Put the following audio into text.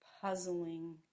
puzzling